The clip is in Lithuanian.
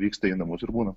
vyksta į namus ir būna